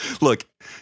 Look